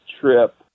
trip